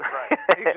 Right